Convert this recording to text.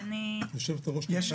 -- יושבת הראש --- יש